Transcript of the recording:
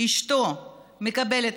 אשתו מקבלת,